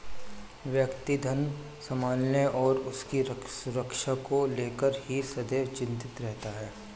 व्यक्ति धन संभालने और उसकी सुरक्षा को लेकर ही सदैव चिंतित रहता है